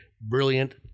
brilliant